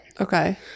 Okay